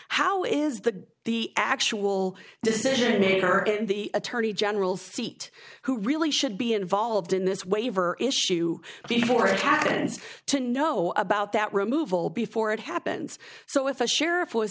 how is that the actual decision maker and the attorney general seat who really should be involved in this waiver issue before it happens to know about that removal before it happens so if the sheriff was